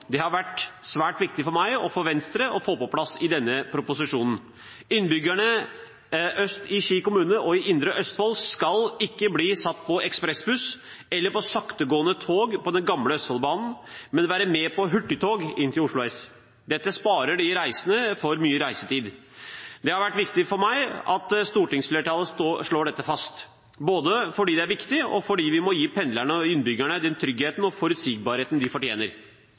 har det vært svært viktig for meg og for Venstre å få på plass i denne proposisjonen. Innbyggerne øst i Ski kommune og i indre Østfold skal ikke bli satt på ekspressbuss eller på saktegående tog på den gamle Østfoldbanen, men være med på hurtigtog inn til Oslo S. Dette sparer de reisende for mye reisetid. Det har vært viktig for meg at stortingsflertallet slår dette fast, både fordi det er viktig, og fordi vi må gi pendlerne og innbyggerne den tryggheten og forutsigbarheten de fortjener.